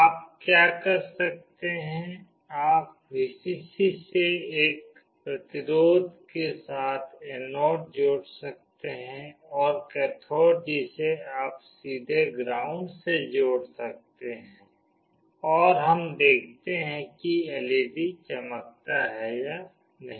आप क्या कर सकते हैं आप Vcc से एक प्रतिरोध के साथ एनोड जोड़ सकते हैं और कैथोड जिसे आप सीधे ग्राउंड से जोड़ सकते हैं और हम देखते हैं कि एलईडी चमकता है या नहीं